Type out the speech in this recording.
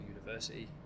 university